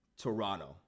Toronto